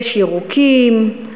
יש ירוקים.